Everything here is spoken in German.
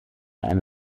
eine